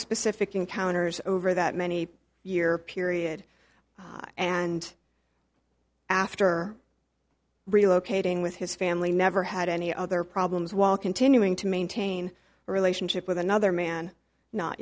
specific encounters over that many year period and after relocating with his family never had any other problems while continuing to maintain a relationship with another man not